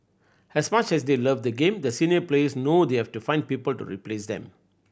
as much as they love the game the senior players know they have to find people to replace them